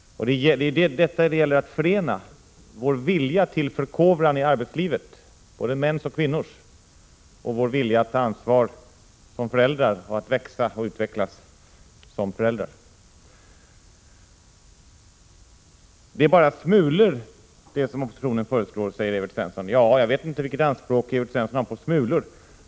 Det gäller att förena vår vilja till förkovran i arbetslivet, både mäns och kvinnors, med vår vilja att ta ansvar, växa och utvecklas som föräldrar. Det är bara smulor som vi vill ge barnfamiljerna, säger Evert Svensson. Ja, jag vet inte vilka anspråk Evert Svensson har.